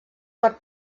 per